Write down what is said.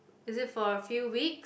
is it for a few weeks